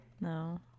No